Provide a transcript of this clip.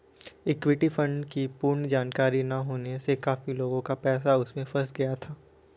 equity fund की पूर्ण जानकारी ना होने से काफी लोगों का पैसा उसमें फंस गया था